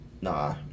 Nah